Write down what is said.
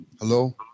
Hello